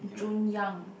Jun-Yang